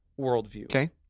worldview